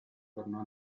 tornò